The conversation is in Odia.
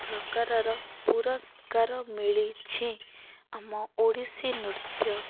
ପ୍ରକାରର ପୁରସ୍କାର ମିଳିଛି ଆମ ଓଡ଼ିଶୀ ନୃତ୍ୟ